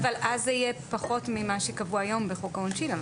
אבל אז זה יהיה פחות ממה שקבוע היום בחוק העונשין --- עם